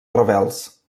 rebels